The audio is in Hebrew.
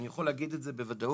אני יכול להגיד את זה בוודאות,